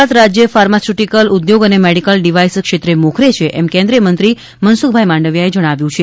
ગુજરાત રાજ્ય ફાર્માસ્યુટિકલ ઉદ્યોગ અને મેડિકલ ડિવાઇસીસ ક્ષેત્રે મોખરે છે એમ કેન્દ્રિય મંત્રીશ્રી મનસુખભાઇ માંડવીયાએ જણાવ્યું છે